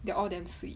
they're all dempsey